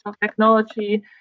technology